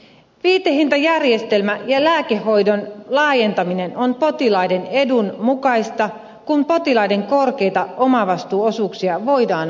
viitehintajärjestelmä ja lääkehoidon laajentaminen on potilaiden edun mukaista kun potilaiden korkeita omavastuuosuuksia voidaan alentaa